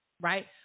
right